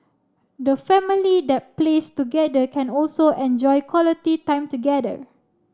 the family that plays together can also enjoy quality time together